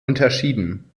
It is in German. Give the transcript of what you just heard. unterschieden